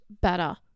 better